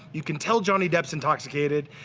you can tell johnny depp's intoxicated.